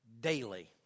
daily